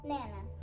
Nana